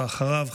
ואחריו,